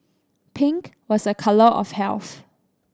pink was a colour of health